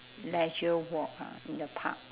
leisure walk ah in the park